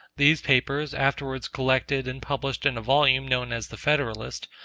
these papers, afterwards collected and published in a volume known as the federalist,